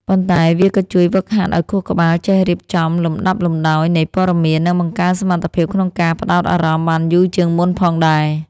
ប៉ុន្តែវាក៏ជួយហ្វឹកហាត់ឱ្យខួរក្បាលចេះរៀបចំលំដាប់លំដោយនៃព័ត៌មាន និងបង្កើនសមត្ថភាពក្នុងការផ្តោតអារម្មណ៍បានយូរជាងមុនផងដែរ។